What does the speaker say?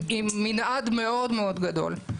מנעד מאוד מאוד גדול.